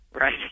right